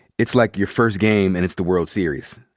it's like your first game, and it's the world series.